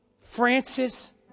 Francis